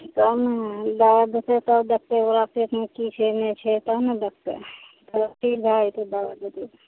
तब ने दवाइ देतै तब देखतै ओकरा पेटमे कि छै नहि छै तब ने देखतै ठीक भए जएतै दवाइ देतै तऽ